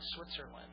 Switzerland